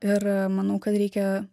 ir manau kad reikia